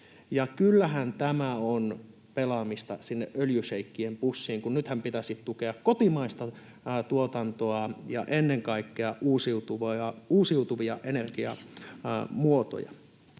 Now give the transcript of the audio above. Kyllähän tämä on pelaamista sinne öljyšeikkien pussiin, kun nythän pitäisi tukea kotimaista tuotantoa ja ennen kaikkea uusiutuvia energiamuotoja.